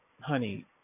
honey